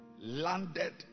landed